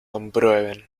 comprueben